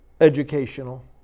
Educational